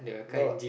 not